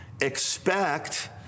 expect